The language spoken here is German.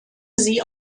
sie